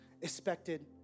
Expected